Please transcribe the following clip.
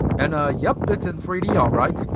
and ah yup, it's in three d, alright.